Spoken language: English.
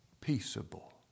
peaceable